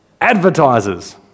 Advertisers